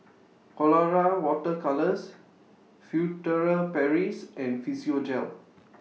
Colora Water Colours Furtere Paris and Physiogel